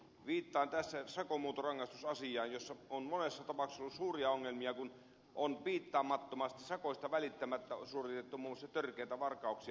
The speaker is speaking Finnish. viittaan tässä sakonmuuntorangaistusasiaan jossa on monessa tapauksessa ollut suuria ongelmia kun on piittaamattomasti sakoista välittämättä suoritettu muun muassa törkeitä varkauksia